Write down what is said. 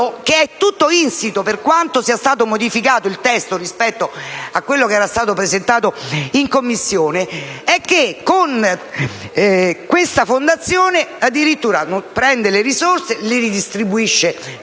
che è tutto insito, per quanto il testo sia stato modificato rispetto a quello che era stato presentato in Commissione - è che questa fondazione addirittura prende le risorse, le redistribuisce